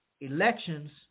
elections